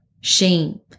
shame